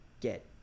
get